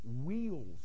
wheels